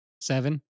Seven